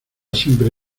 siempre